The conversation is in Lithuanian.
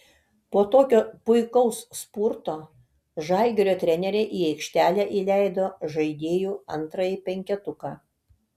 po tokio puikaus spurto žalgirio treneriai į aikštelę įleido žaidėjų antrąjį penketuką